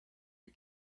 you